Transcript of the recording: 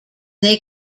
they